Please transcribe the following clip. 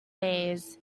days